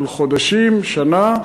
של חודשים, שנה,